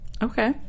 okay